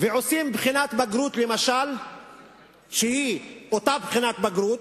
עושים בחינת בגרות שהיא אותה בחינת בגרות,